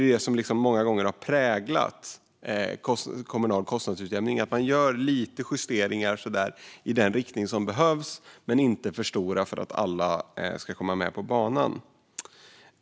Det som många gånger har präglat kommunal kostnadsutjämning är att man gör lite justeringar, inte för stora, i den riktning som behövs, för att alla ska komma med på banan.